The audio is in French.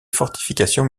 fortifications